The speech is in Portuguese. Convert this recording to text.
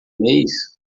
mês